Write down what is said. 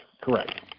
Correct